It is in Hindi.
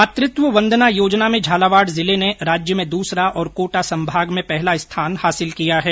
मातृत्व वंदना योजना में झालावड जिले ने राज्य में दूसरा और कोटा संभाग में पहला स्थान प्राप्त किया है